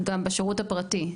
גם בשירות הפרטי.